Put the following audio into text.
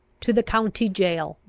to the county jail.